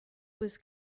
was